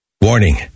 Warning